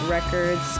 Records